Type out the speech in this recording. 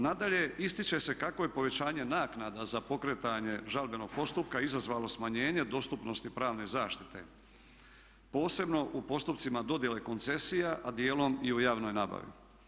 Nadalje, ističe se kako je povećanje naknada za pokretanje žalbenog postupka izazvalo smanjenje dostupnosti pravne zaštite posebno u postupcima dodjele koncesija, a dijelom i u javnoj nabavi.